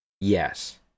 yes